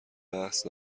بحث